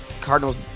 Cardinals